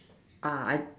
ah I